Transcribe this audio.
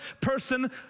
person